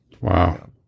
Wow